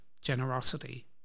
generosity